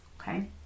Okay